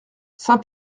saint